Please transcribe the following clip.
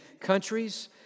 countries